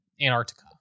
Antarctica